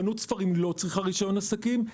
חנות ספרים לא צריכה רישיון עסקים,